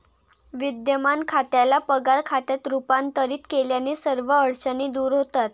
विद्यमान खात्याला पगार खात्यात रूपांतरित केल्याने सर्व अडचणी दूर होतात